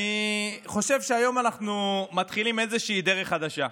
אני חושב שהיום אנחנו מתחילים איזושהי דרך חדשה,